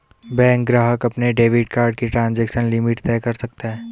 bank ग्राहक अपने debit card की ट्रांज़ैक्शन लिमिट तय कर सकता है